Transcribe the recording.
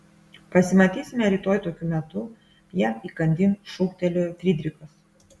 pasimatysime rytoj tokiu metu jam įkandin šūktelėjo frydrichas